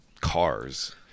cars